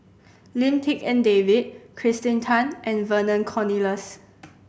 Lim Tik En David Kirsten Tan and Vernon Cornelius